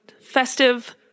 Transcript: festive